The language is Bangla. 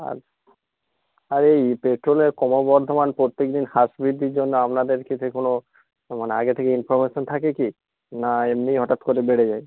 আর আর এই পেট্রোলের ক্রমবর্ধমান প্রত্যেকদিন হ্রাস বৃদ্ধির জন্য আপনাদের যে কোনো মানে আগে থেকে ইনফরমেশান থাকে কি না এমনি হঠাৎ করে বেড়ে যায়